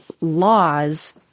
laws